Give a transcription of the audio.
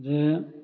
যে